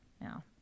now